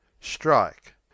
strike